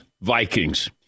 Vikings